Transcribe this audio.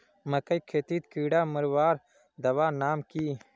मकई खेतीत कीड़ा मारवार दवा नाम की?